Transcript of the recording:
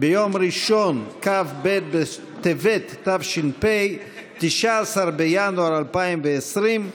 ביום ראשון, כ"ב בטבת תש"ף, 19 בינואר 2020,